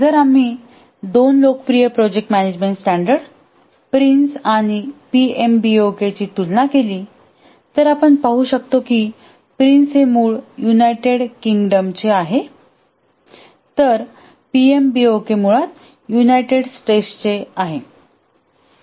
जर आम्ही दोन लोकप्रिय प्रोजेक्ट मॅनेजमेंट स्टॅंडर्ड प्रिन्स आणि पीएमबीओके ची तुलना केली तर आपण पाहू शकतो की PRINCE हे मूळ युनायटेड किंगडमचे आहे तर पीएमबीओके मुळात युनायटेड स्टेट्सचे आहे